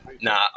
Nah